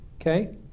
Okay